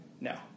No